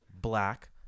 black